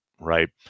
right